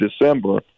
December